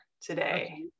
today